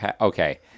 Okay